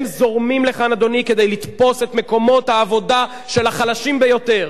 הם זורמים לכאן כדי לתפוס את מקומות העבודה של החלשים ביותר,